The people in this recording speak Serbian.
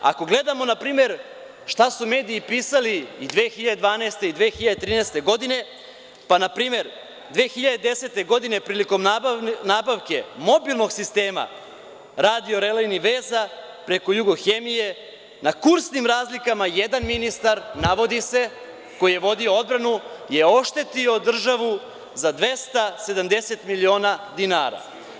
Ako gledamo na primer šta su mediji pisali u 2012. godini i 2013. godine pa na primer 2010. godine prilikom nabavke mobilnog sistema, radio-relejnih veza, preko „Jugohemije“ na kursnim razlikama, jedan ministar, navodi se, koji je vodio odbranu je oštetio državu za 270 miliona dinara.